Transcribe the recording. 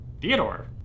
Theodore